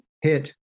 hit